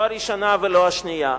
לא הראשונה ולא השנייה.